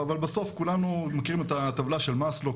אבל בסוף כולנו מכירים את הטבלה של מאסלו,